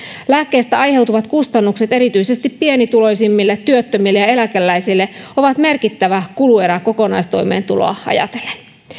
lääkkeistä aiheutuvat kustannukset erityisesti pienituloisimmille työttömille ja eläkeläisille ovat merkittävä kuluerä kokonaistoimeentuloa ajatellen